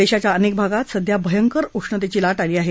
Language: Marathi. देशाच्या अनेक भागात सध्या भयंकर उष्णतेची लाट आहे